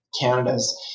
Canada's